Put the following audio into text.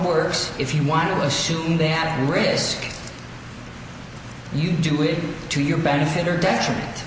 works if you want to assure that risk you do it to your benefit or detriment